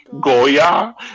Goya